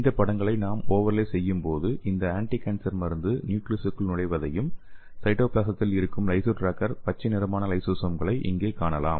இந்த படங்களை நாம் ஒவர்லே செய்யும்போது இந்த ஆன்டிகான்சர் மருந்து நியூக்லியசுக்குள் நுழைவதையும் சைட்டோபிளாஸத்தில் இருக்கும் லைசோ டிராக்கர் பச்சை நிறமான லைசோசோம்களை இங்கே காணலாம்